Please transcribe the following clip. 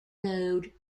node